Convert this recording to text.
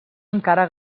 encara